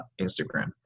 Instagram